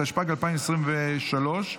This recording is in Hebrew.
התשפ"ג 2023,